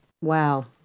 Wow